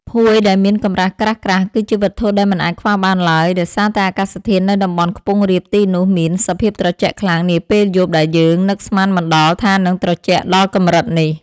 ភួយដែលមានកម្រាស់ក្រាស់ៗគឺជាវត្ថុដែលមិនអាចខ្វះបានឡើយដោយសារតែអាកាសធាតុនៅតំបន់ខ្ពង់រាបទីនោះមានសភាពត្រជាក់ខ្លាំងនាពេលយប់ដែលយើងនឹកស្មានមិនដល់ថានឹងត្រជាក់ដល់កម្រិតនេះ។